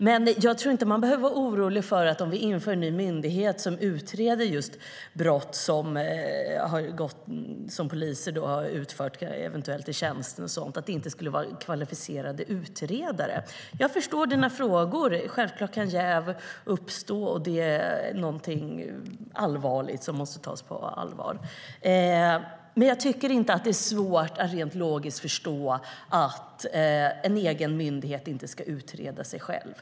Men jag tror inte att man behöver vara orolig för att det inte skulle vara kvalificerade utredare om vi införde en ny myndighet som utreder just brott som poliser eventuellt har utfört i tjänsten.